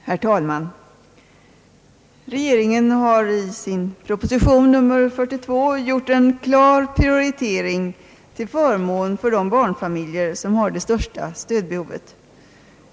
Herr talman! Regeringen har i sin proposition nr 42 gjort en klar prioritering till förmån för de barnfamiljer som har det största stödbehovet.